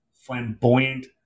flamboyant